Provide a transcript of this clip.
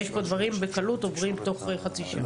יש פה דברים שבקלות עוברים תוך חצי שעה.